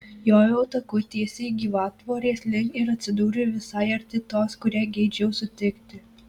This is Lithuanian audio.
jojau taku tiesiai gyvatvorės link ir atsidūriau visai arti tos kurią geidžiau sutikti